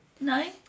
No